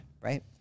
Right